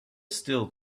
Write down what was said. still